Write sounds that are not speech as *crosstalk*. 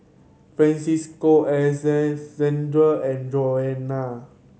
Francisca *unintelligible* and Jonna